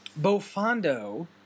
Bofondo